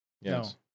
yes